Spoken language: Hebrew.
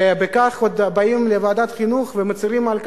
ואחר כך עוד באים לוועדת החינוך ומצרים על כך: